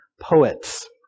poets